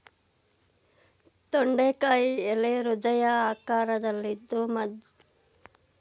ತೊಂಡೆಕಾಯಿ ಎಲೆ ಹೃದಯ ಆಕಾರದಲ್ಲಿ ಮಧ್ಯಮ ಗಾತ್ರದಲ್ಲಿದ್ದು ಕಾಯಿಗಳು ಸುಮಾರು ನಾಲ್ಕು ಇಂಚುಗಳಿಗಿಂತ ಕಡಿಮೆ ಬೆಳಿತವೆ